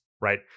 right